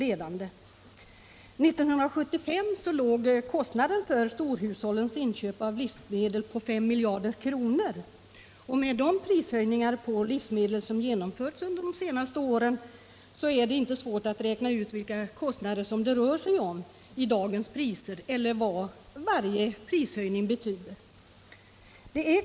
1975 låg kostnaden för storhushållens inköp av livsmedel på 5 miljarder kronor. Med de prishöjningar på livsmedel som genomförts under de senaste åren är det inte svårt att räkna ut vilka kostnader det rör sig om i dagens priser eller vad varje prishöjning betyder.